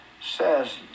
says